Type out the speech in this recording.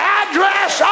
address